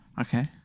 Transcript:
Okay